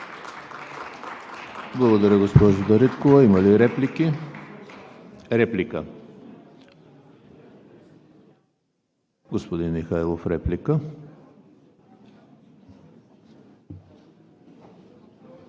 Благодаря, госпожо Дариткова. Има ли реплики? Господин Михайлов – реплика.